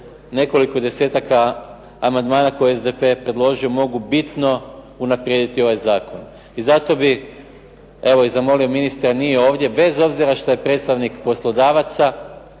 nekoliko desetaka amandmana koje je SDP predložio mogu bitno unaprijediti ovaj zakon. I zato bih evo zamolio ministra, nije ovdje, bez obzira što je predstavnik poslodavaca